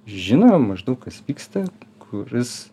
žino maždaug kas vyksta kuris